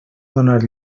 donar